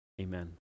amen